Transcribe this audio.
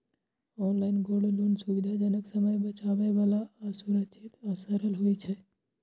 online gold loan सुविधाजनक, समय बचाबै बला आ सुरक्षित आ सरल होइ छै